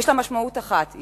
יש לה משמעות אחת,